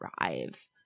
drive